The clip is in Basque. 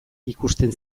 ikusten